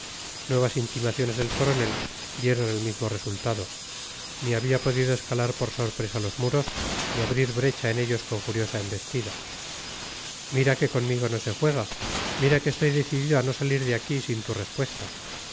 nuevas intimaciones del coronel dieron el mismo resultado ni había podido escalar por sorpresa los muros ni abrir brecha en ellos con furiosa embestida mira que conmigo no se juega mira que estoy decidido a no salir de aquí sin tu respuesta